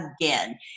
again